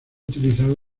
utilizado